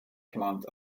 plant